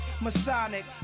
masonic